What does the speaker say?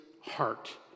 heart